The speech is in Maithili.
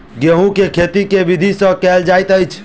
गेंहूँ केँ खेती केँ विधि सँ केल जाइत अछि?